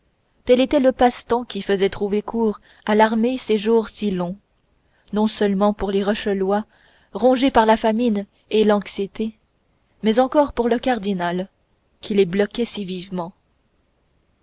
tel était le passe-temps qui faisait trouver courts à l'armée ces jours si longs non seulement pour les rochelois rongés par la famine et l'anxiété mais encore pour le cardinal qui les bloquait si vivement